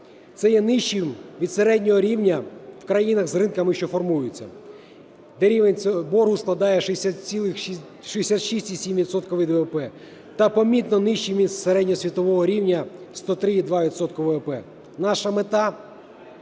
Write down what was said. Це є нижчим від середнього рівня в країнах з ринками, що формуються, де рівень боргу складає 66,7 відсотка від ВВП, та помітно нижчим від середньосвітового рівня – 103,2 відсотка від ВВП. Наша мета